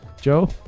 Joe